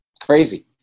crazy